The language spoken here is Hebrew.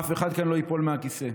אף אחד כאן לא ייפול מהכיסא.